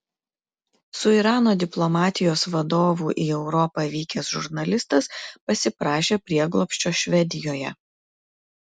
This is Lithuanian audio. su irano diplomatijos vadovu į europą vykęs žurnalistas pasiprašė prieglobsčio švedijoje